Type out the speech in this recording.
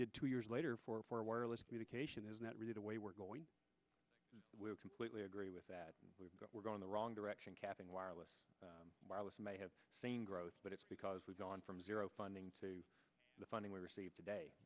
did two years later for wireless communication is not really the way we're going we're completely agree with that we've got we're going the wrong direction capping wireless wireless may have seen growth but it's because we've gone from zero funding to the funding we received today